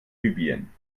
libyen